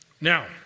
Now